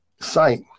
sight